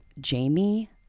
Jamie